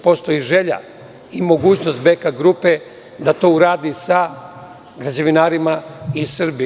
Postoji želja i mogućnost BK grupe da to uradi sa građevinarima iz Srbije.